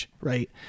right